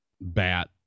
bat